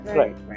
right